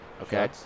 Okay